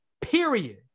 period